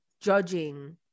judging